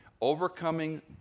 overcoming